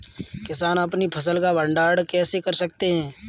किसान अपनी फसल का भंडारण कैसे कर सकते हैं?